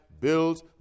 build